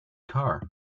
car